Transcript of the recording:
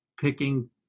picking